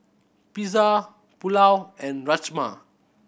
Pizza Pulao and Rajma